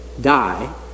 Die